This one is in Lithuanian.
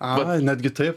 a netgi taip